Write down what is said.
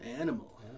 Animal